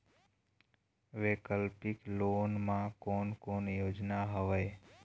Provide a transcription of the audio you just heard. वैकल्पिक लोन मा कोन कोन योजना हवए?